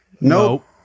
Nope